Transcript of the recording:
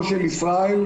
קצת מהדברים האחרים,